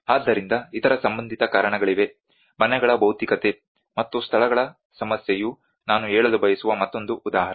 ಆದ್ದರಿಂದ ಇತರ ಸಂಬಂಧಿತ ಕಾರಣಗಳಿವೆ ಮನೆಗಳ ಭೌತಿಕತೆ ಮತ್ತು ಸ್ಥಳಗಳ ಸಮಸ್ಯೆಯು ನಾನು ಹೇಳಲು ಬಯಸುವ ಮತ್ತೊಂದು ಉದಾಹರಣೆ